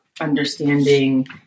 understanding